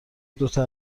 دوتا